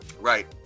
right